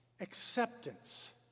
acceptance